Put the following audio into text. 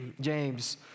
James